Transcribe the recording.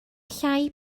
llai